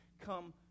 come